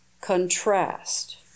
contrast